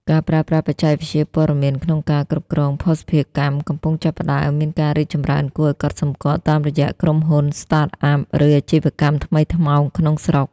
ការប្រើប្រាស់បច្ចេកវិទ្យាព័ត៌មានក្នុងការគ្រប់គ្រងភស្តុភារកម្ម កំពុងចាប់ផ្ដើមមានការរីកចម្រើនគួរឱ្យកត់សម្គាល់តាមរយៈក្រុមហ៊ុន Startup ឬ អាជីវកម្មថ្មីថ្មោង ក្នុងស្រុក។